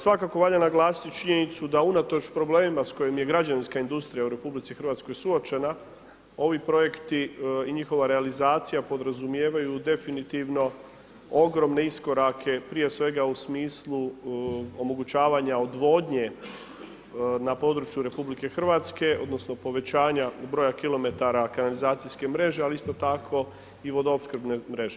Svakako valja naglasiti činjenicu da unatoč problemima s kojim je građanska industrija u RH suočena, ovi projekti, i njihova realizacija podrazumijevaju definitivno, ogromne iskorake, prije svega u smislu omogućavanja odvodnje na području RH, odnosno, povećanja broja kilometara kanalizacijske mreže, ali isto tako i vodoopskrbne mreže.